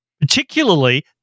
particularly